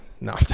No